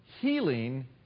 healing